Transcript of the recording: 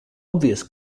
obvious